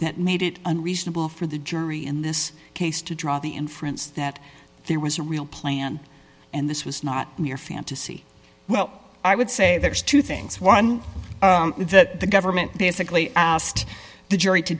at made it unreasonable for the jury in this case to draw the inference that there was a real plan and this was not your fantasy well i would say there's two things one that the government basically the jury to